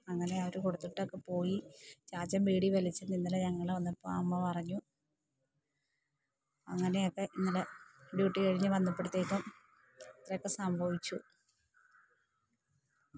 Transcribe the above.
അങ്ങനെ അവര് കൊടുത്തിട്ടൊക്കെ പോയി ചാച്ചൻ ബീഡി വലിച്ചെന്ന് ഇന്നലെ ഞങ്ങള് വന്നപ്പം അമ്മ പറഞ്ഞു അങ്ങനെ ഒക്കെ ഇന്നലെ ഡ്യൂട്ടി കഴിഞ്ഞ് വന്നപ്പഴേത്തേക്ക് ഇത്രയും ഒക്കെ സംഭവിച്ചു